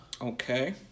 Okay